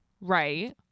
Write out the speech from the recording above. Right